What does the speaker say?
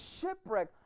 shipwreck